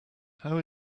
how